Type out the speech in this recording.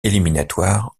éliminatoires